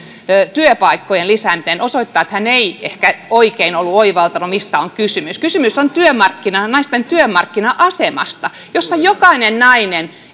työpaikkojen lisääminen osoittaa että hän ei ehkä oikein ollut oivaltanut mistä on kysymys kysymys on naisten työmarkkina asemasta jossa jokainen nainen